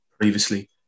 previously